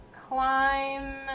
climb